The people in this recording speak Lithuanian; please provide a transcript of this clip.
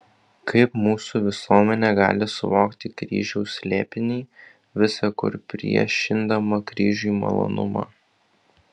kaip mūsų visuomenė gali suvokti kryžiaus slėpinį visa kur priešindama kryžiui malonumą